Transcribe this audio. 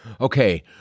Okay